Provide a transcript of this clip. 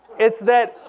it's that,